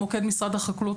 מוקד משרד החקלאות,